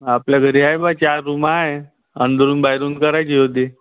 आपल्या घरी आहे बा चार रूम आहे अंदरून बाहेरून करायची होती